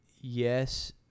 yes